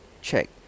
check